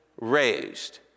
raised